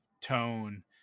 tone